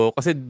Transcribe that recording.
Kasi